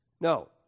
No